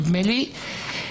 נדמה לי,